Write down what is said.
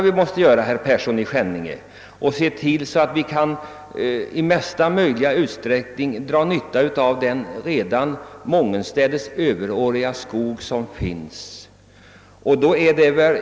Vi måste väl, herr Persson i Skänninge, se till att vi i största möjliga utsträckning på ett ekonomiskt sätt drar nytta av den mångenstädes redan överåriga skog som finns.